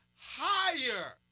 higher